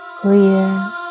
Clear